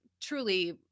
truly